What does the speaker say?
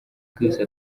bwihuse